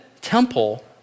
Temple